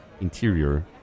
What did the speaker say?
interior